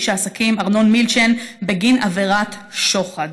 איש העסקים ארנון מילצ'ן בגין עבירת שוחד.